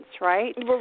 right